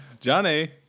Johnny